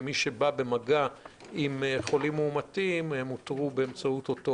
כמי שבא במגע עם חולים מאומתים אותרו באמצעות אותו